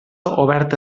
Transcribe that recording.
oberta